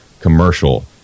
commercial